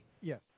Yes